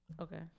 Okay